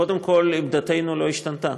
קודם כול, עמדתנו לא השתנתה.